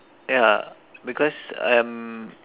ya because I'm